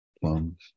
plums